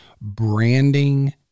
branding